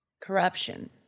Corruption